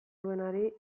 duenari